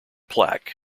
plaque